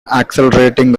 accelerating